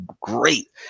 great